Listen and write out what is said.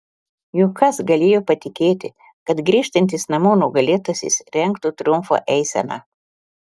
juk kas galėjo patikėti kad grįžtantis namo nugalėtasis rengtų triumfo eiseną